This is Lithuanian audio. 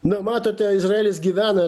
na matote izraelis gyvena